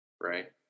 right